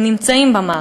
הם נמצאים במערכת,